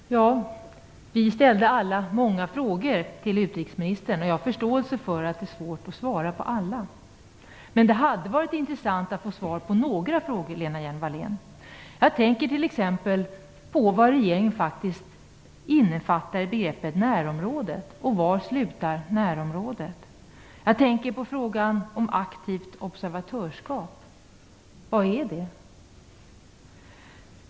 Herr talman! Vi ställde alla många frågor till utrikesministern, och jag har förståelse för att det är svårt att svara på alla. Men det hade varit intressant att få svar på några frågor, Lena Hjelm-Wallén. Jag tänker t.ex. på vad regeringen faktiskt innefattar i begreppet "närområdet". Var slutar närområdet? Jag tänker på frågan om aktivt observatörsskap. Vad är det?